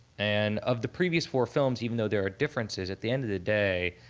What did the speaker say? and of the previous four films, even though there are differences, at the end of the day,